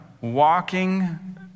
walking